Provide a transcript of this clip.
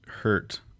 hurt